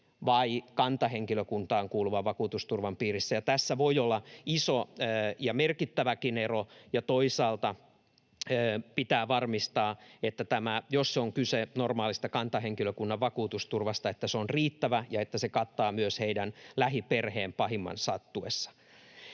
vai kantahenkilökuntaan kuuluvan vakuutusturvan piirissä? Tässä voi olla iso ja merkittäväkin ero. Toisaalta pitää varmistaa, että jos on kyse normaalista kantahenkilökunnan vakuutusturvasta, se on riittävä ja se kattaa myös heidän lähiperheensä pahimman sattuessa.